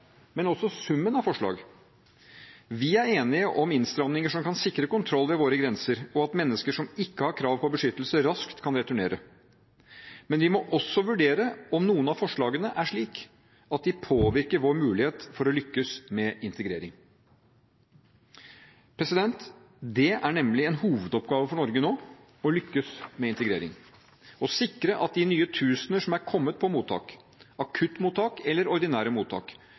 men også summen av forslag. Vi er enige om innstramninger som kan sikre kontroll ved våre grenser, og at mennesker som ikke har krav på beskyttelse, raskt kan returnere. Men vi må også vurdere om noen av forslagene er slik at de påvirker vår mulighet til å lykkes med integrering. Det er nemlig en hovedoppgave for Norge nå å lykkes med integrering – å sikre at de nye tusener som er kommet på mottak, akuttmottak eller ordinære mottak,